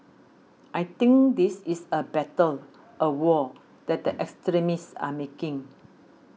I think this is a battle a war that the extremists are making